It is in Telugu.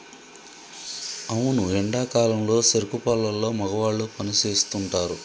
అవును ఎండా కాలంలో సెరుకు పొలాల్లో మగవాళ్ళు పని సేస్తుంటారు